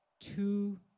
two